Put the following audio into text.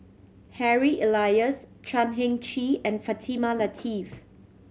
Harry Elias Chan Heng Chee and Fatimah Lateef